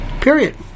Period